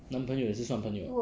男朋友也是算朋友